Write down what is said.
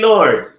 Lord